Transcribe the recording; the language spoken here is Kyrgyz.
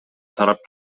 тарап